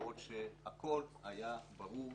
למרות שהכול היה ברור,